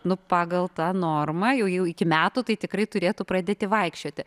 nu pagal tą normą jau jau iki metų tai tikrai turėtų pradėti vaikščioti